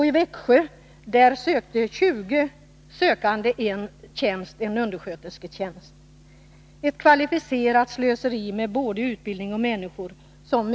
I Växjö sökte 20 personer en underskötersketjänst. Det är ett kvalificerat slöseri med både utbildning och människor.